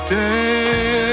day